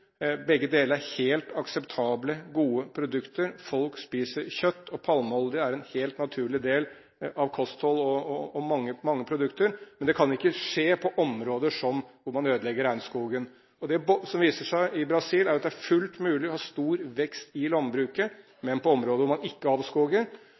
Begge deler er helt akseptabelt. Folk spiser kjøtt, og palmeolje er en helt naturlig del av kosthold og mange produkter. Men dette kan ikke skje på områder hvor man ødelegger regnskogen. Som det viser seg i Brasil, er det fullt mulig å ha stor vekst i landbruket,